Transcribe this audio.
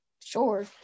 Sure